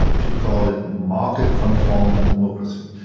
she called it market-conform democracy.